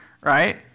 right